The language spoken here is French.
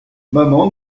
maman